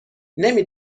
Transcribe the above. نمی